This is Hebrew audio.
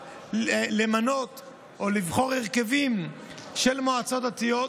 למנות או לבחור הרכבים של מועצות דתיות,